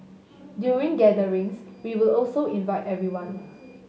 during gatherings we would also invite everyone